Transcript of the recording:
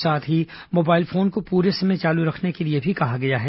साथ mobile phone को पूरे समय चालू रखने के लिए भी कहा है